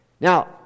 Now